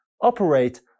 operate